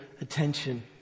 attention